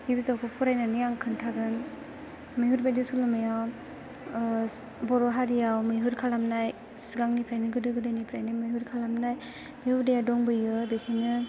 बे बिजाबखौ फरायनानै आं खोनथागोन मैहुर बायदि सल'मायाव बर' हारियाव मैहुर खालामनाय सिगांनिफ्रायनो गोदो गोदायनिफ्रायनो मैहुर खालामनाय बे हुदाया दंबोयो बेखायनो